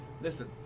Listen